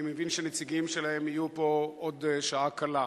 אני מבין שנציגים שלהם יהיו פה עוד שעה קלה.